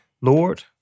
Lord